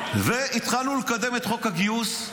והתחלנו לקדם את חוק הגיוס,